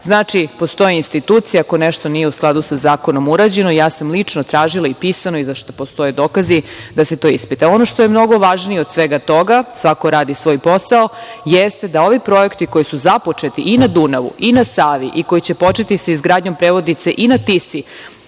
itd. Znači, postoje institucije, ako nešto nije u skladu sa zakonom urađeno. Ja sam lično tražila i pisano, za šta postoje dokazi, da se to ispita. Ono što je mnogo važnije od svega toga, svako radi svoj posao, jeste da ovi projekti koji su započeti i na Dunavu i na Savi i koji će početi sa izgradnjom prevodnice i na Tisi,